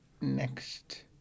next